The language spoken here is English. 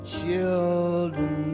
children